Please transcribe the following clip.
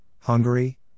Hungary